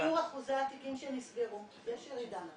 שיעור אחוזי התיקים שנסגרו בירידה.